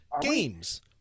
games